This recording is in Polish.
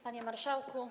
Panie Marszałku!